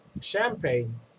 champagne